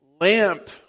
Lamp